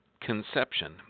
conception